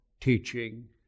teaching